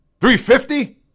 $350